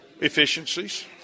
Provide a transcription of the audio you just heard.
Efficiencies